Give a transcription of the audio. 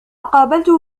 قابلته